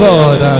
God